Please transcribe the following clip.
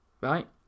right